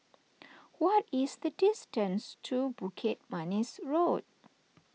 what is the distance to Bukit Manis Road